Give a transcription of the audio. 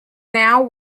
now